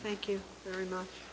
thank you very much